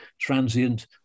transient